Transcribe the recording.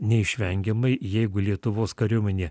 neišvengiamai jeigu lietuvos kariuomenė